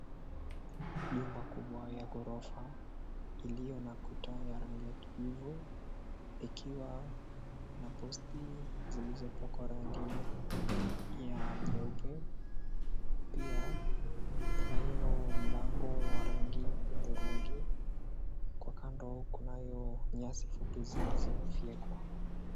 Jumba kubwa ya ghorofa iliyo na kuta ya rangi ya kijivu ikiwa na posti zilizopakwa rangi ya nyeupe pia kunayo mlango wa rangi hudhurungi kwa kando kunayo nyasi fupi zilizofyekwa.